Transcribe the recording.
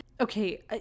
Okay